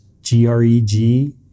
G-R-E-G